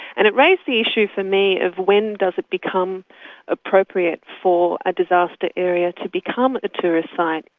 and it raised the issue for me, of when does it become appropriate for a disaster area to become a tourist site?